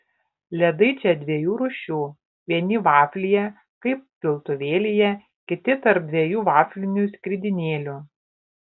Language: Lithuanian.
ledai čia dviejų rūšių vieni vaflyje kaip piltuvėlyje kiti tarp dviejų vaflinių skridinėlių